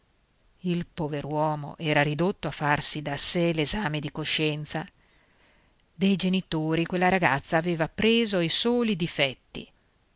giunta il pover'uomo era ridotto a farsi da sè l'esame di coscienza dei genitori quella ragazza aveva preso i soli difetti